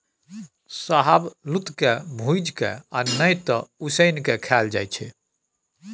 शाहबलुत के भूजि केँ आ नहि तए उसीन के खाएल जाइ छै